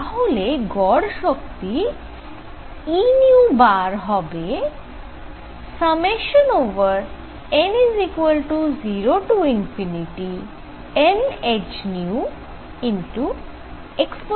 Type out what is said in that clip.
তাহলে গড় শক্তি E হবে n0nhνe nhνkT1 e hνkT